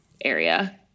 area